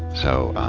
so,